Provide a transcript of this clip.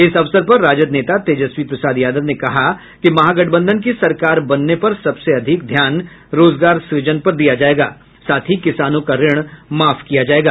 इस अवसर पर राजद नेता तेजस्वी प्रसाद यादव ने कहा कि महागठबंधन की सरकार बनने पर सबसे अधिक ध्यान रोजगार सुजन पर दिया जायेगा साथ ही किसानों का ऋण माफ किया जायेगा